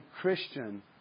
Christian